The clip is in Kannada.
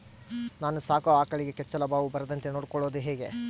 ನಾನು ಸಾಕೋ ಆಕಳಿಗೆ ಕೆಚ್ಚಲುಬಾವು ಬರದಂತೆ ನೊಡ್ಕೊಳೋದು ಹೇಗೆ?